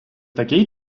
такий